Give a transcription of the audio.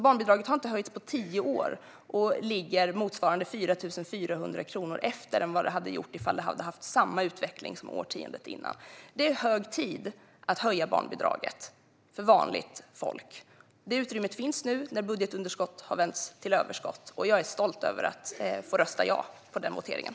Barnbidraget har inte höjts på tio år och ligger motsvarande 4 400 kronor efter mot vad det gjort om det hade haft samma utveckling som årtiondet innan. Det är hög tid att höja barnbidraget för vanligt folk. Det utrymmet finns nu när budgetunderskott har vänts till överskott, och jag är stolt över att få rösta ja i den voteringen.